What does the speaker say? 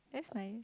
that's nice